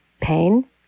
pain